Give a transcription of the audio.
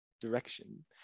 direction